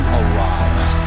arise